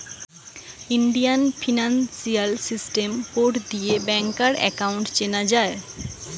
Indian financial system code দিয়ে ব্যাংকার account চেনা যায়